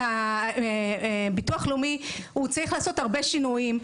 שהביטוח הלאומי צריך לעשות הרבה שינויים;